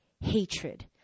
hatred